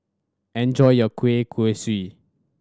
enjoy your kueh kosui